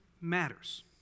matters